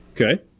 Okay